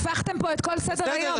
הפכתם כאן את כל סדר היום.